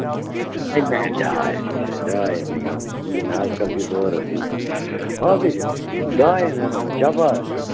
ہے نہَ ڈاے ہَتھ ڈاے ہَتھ نَے گوٚو نہٕ کِہیٖنٛۍ اَزکَل کِس دورَس منٛز اَز ہَے چھِ ڈایَن ہَتن چَپاتھ یِوان